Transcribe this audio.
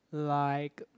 like